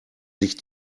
sich